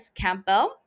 Campbell